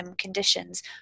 Conditions